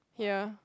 ya